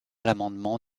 l’amendement